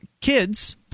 kids